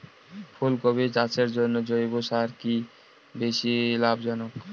ফুলকপি চাষের জন্য জৈব সার কি বেশী লাভজনক?